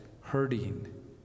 hurting